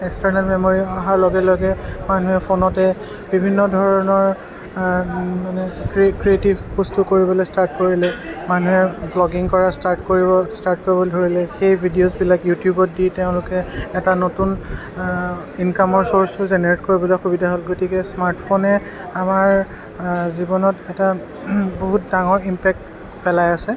external memory অহাৰ লগে লগে মানুহে ফোনতে বিভিন্ন ধৰণৰ মানে ক্ৰিয়ে ক্ৰিয়েটিভ বস্তু কৰিবলৈ ষ্টাৰ্ট কৰিলে মানুহে ব্লগিং কৰা ষ্টাৰ্ট কৰি কৰিবলৈ ধৰিলে সেই ভিডিঅ'ছ বিলাক ইউটিউবত দি তেওঁলোকে এটা নতুন ইনকামৰ চৰ্ছো জেনেৰেট কৰিবলৈ সুবিধা হ'ল গতিকে স্মাৰ্ট ফোনে আমাৰ জীৱনত এটা বহুত ডাঙৰ ইমপেক্ট পেলাই আছে